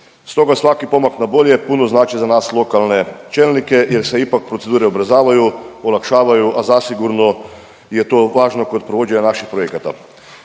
Stoga svaki pomak na bolje puno znači za nas lokalne čelnike jer se ipak procedure ubrzavaju, olakšavaju, a zasigurno je to važno kod provođenja naših projekta.